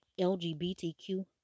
LGBTQ